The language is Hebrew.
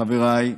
חבריי,